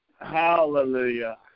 Hallelujah